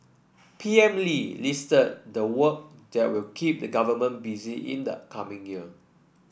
P M Lee listed the work that will keep the government busy in the coming year